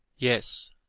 yes,